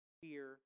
fear